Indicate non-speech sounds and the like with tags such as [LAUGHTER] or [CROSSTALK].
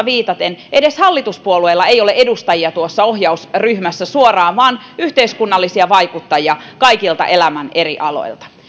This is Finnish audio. [UNINTELLIGIBLE] viitaten edes hallituspuolueilla ei ole edustajia tuossa ohjausryhmässä suoraan vaan on yhteiskunnallisia vaikuttajia kaikilta elämän eri aloilta